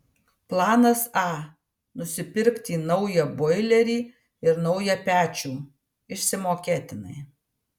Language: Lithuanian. planas a nusipirkti naują boilerį ir naują pečių išsimokėtinai